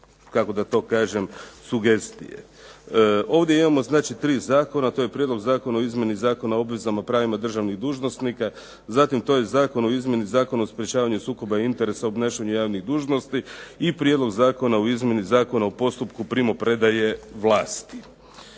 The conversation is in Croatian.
kako da to kažem, sugestije. Ovdje imamo znači tri zakona. To je Prijedlog zakona o izmjeni Zakona o obvezama i pravima državnih dužnosnika, zatim to je Zakon o izmjeni Zakona o sprečavanju sukoba interesa u obnašanju javnih dužnosti i Prijedlog zakona o izmjeni Zakona o postupku primopredaje vlasti.